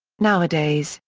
nowadays,